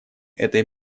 этой